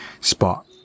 spot